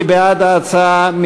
מי בעד ההצעה?